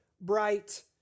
bright